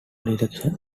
election